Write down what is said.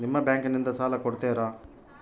ನಿಮ್ಮ ಬ್ಯಾಂಕಿನಿಂದ ಸಾಲ ಕೊಡ್ತೇರಾ?